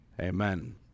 Amen